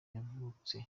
kavutse